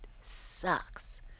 sucks